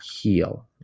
heal